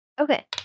Okay